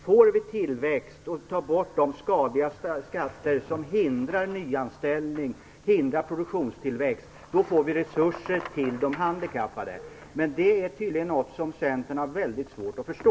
Får vi tillväxt och tar bort de skadliga skatter som hindrar nyanställning och produktionstillväxt får vi resurser till de handikappade. Men det är tydligen något som Centern har väldigt svårt att förstå.